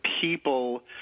people